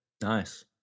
Nice